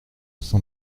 sang